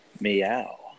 meow